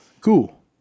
cool